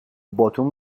باتوم